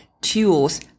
tools